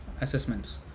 Assessments